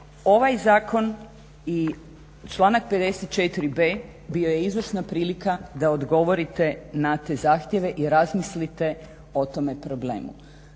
Ovaj zakon i članak 54b. bio je izvrsna prilika da odgovorite na te zahtjeve i razmislite o tome problemu.